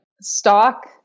stock